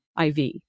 IV